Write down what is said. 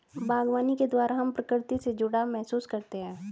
बागवानी के द्वारा हम प्रकृति से जुड़ाव महसूस करते हैं